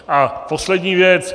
A poslední věc.